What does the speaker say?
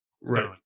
Right